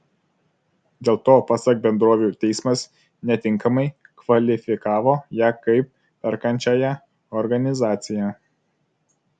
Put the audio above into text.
dėl to pasak bendrovių teismas netinkamai kvalifikavo ją kaip perkančiąją organizaciją